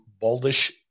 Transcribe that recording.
baldish